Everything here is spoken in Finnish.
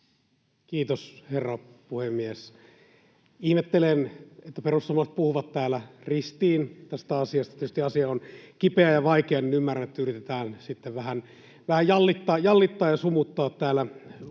Kiitos, herra puhemies! Ihmettelen, että perussuomalaiset puhuvat täällä ristiin tästä asiasta. Tietysti asia on kipeä ja vaikea, ja on ymmärrettävää, että yritetään sitten vähän jallittaa ja sumuttaa täällä.